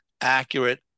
accurate